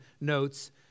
notes